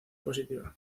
positiva